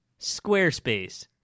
Squarespace